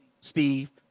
Steve